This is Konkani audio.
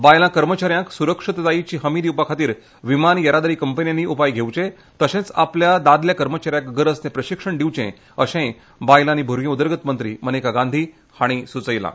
बायलां कर्मच्याऱ्यांक सुरक्षतायेची हमी दिवपा खातीर विमान येरादारी कंपन्यांनी उपाय घेवचे तशेंच आपल्या दादल्या कर्मच्याऱ्यांक गरज ते प्रशिक्षण दिवचें अशेंय बायलां आनी भुरगी उदरगत मंत्री मनेका गांधी हांणी सुचयलें